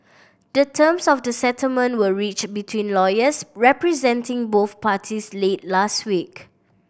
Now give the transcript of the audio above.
the terms of the settlement were reached between lawyers representing both parties late last week